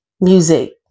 music